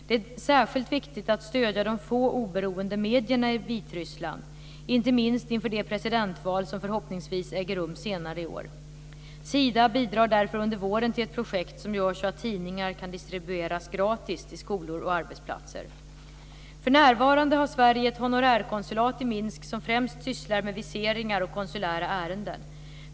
Det är särskilt viktigt att stödja de få oberoende medierna i Vitryssland, inte minst inför det presidentval som förhoppningsvis äger rum senare i år. Sida bidrar därför under våren till ett projekt som gör att tidningar kan distribueras gratis till skolor och arbetsplatser. För närvarande har Sverige ett honorärkonsulat i Minsk som främst sysslar med viseringar och konsulära ärenden.